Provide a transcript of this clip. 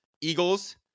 Eagles